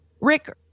Rick